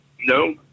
No